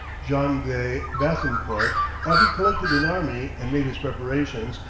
jean de bethencourt having collected an army and made his preparations,